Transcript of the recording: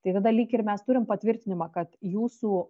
tai tada lyg ir mes turim patvirtinimą kad jūsų